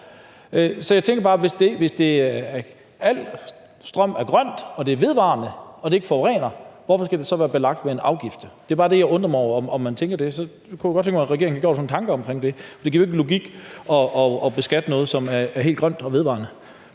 Så jeg tænker bare, at hvis al strøm er grøn og er vedvarende og ikke forurener, hvorfor skal den så være belagt med en afgift? Det er bare det, jeg undrer mig over – tænker man over det? Jeg kunne godt tænke mig, at regeringen havde gjort sig nogle tanker om det. Der er jo ingen logik i at beskatte noget, som er helt grønt og vedvarende.